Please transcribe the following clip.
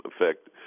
effect